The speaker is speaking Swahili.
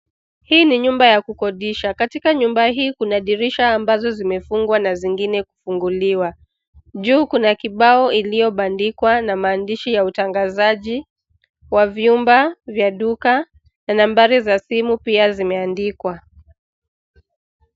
Hii ni nyumba ya kukodisha. Katika nyumba hii kuna dirisha ambazo zimefungwa na zingine kufunguliwa. Juu kuna kibao iliyobandikwa na maandishi ya utangazaji wa vyumba vya duka. Nambari za simu pia zimeandikwa.